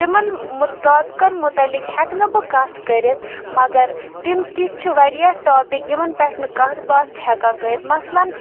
تمَن مُہ ٹاپِکَن معتلِق ہیٚکہٕ نہٕ بہٕ کَتھ کٔرِتھ مگر تِم تہِ چھ واریاہ ٹاپِک یِمَن پٮ۪ٹھ نہٕ کانٛہہ کَتھ باتھ چھ ہیکان کٔرِتھ مثلن